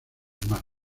más